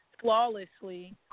flawlessly